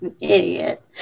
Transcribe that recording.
idiot